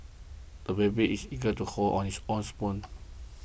a baby is eager to hold on his own spoon